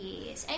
Yes